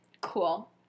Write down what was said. Cool